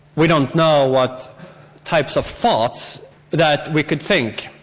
we don't know what types of thoughts that we could think,